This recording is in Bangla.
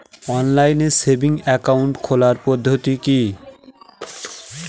অনলাইন সেভিংস একাউন্ট খোলার পদ্ধতি কি?